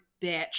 bitch